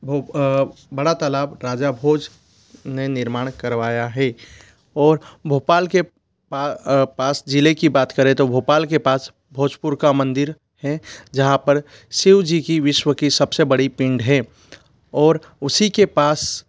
भोप बड़ा तालाब राजा भोज ने निर्माण करवाया है और भोपाल के पा पास ज़िले की बात करें तो भोपाल के पास भोजपुर का मंदिर है जहाँ पर शिव जी की विश्व की सबसे बड़ी पिंड है और उसी के पास